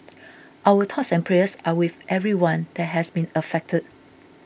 our thoughts and prayers are with everyone that has been affected